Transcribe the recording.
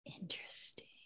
interesting